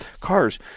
cars